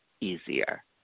easier